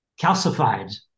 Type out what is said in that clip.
calcified